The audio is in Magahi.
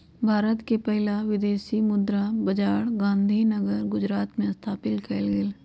भारत के पहिला विदेशी मुद्रा बाजार गांधीनगर गुजरात में स्थापित कएल गेल हइ